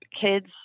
kids